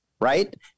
right